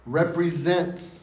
represents